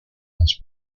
this